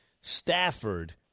Stafford